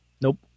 Nope